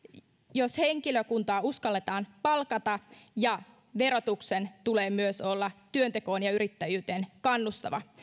jos henkilökuntaa uskalletaan palkata verotuksen tulee myös olla työntekoon ja yrittäjyyteen kannustava